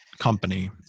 company